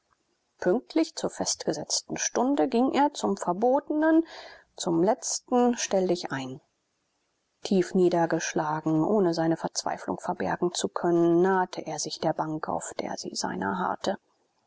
pünktlich zur festgesetzten stunde ging er zum verbotenen zum letzten stelldichein tief niedergeschlagen ohne seine verzweiflung verbergen zu können nahte er sich der bank auf der sie seiner harrte